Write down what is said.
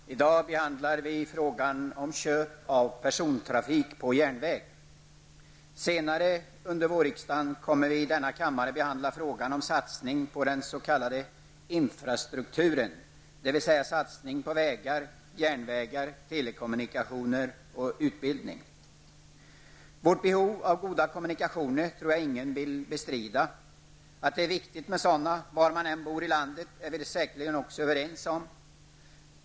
Fru talman! I dag behandlar vi frågan om köp av persontrafik på järnväg. Senare under vårriksdagen kommer vi i denna kammare att behandla frågan om satsning på den s.k. infrastrukturen, dvs. satsning på vägar, järnvägar, telekommunikationer och utbildning. Vårt behov av goda kommunikationer tror jag ingen vill bestrida. Att det är viktigt med sådana var man än bor i landet är vi säkert också överens om.